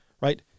right